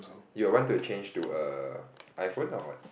you want to change to a iPhone or what